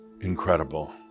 incredible